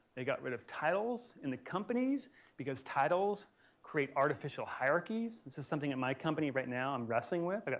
they got rid of titles in the companies because titles create artificial hierarchies. this is something in my company right now i'm wrestling with.